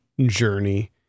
journey